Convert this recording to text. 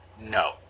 No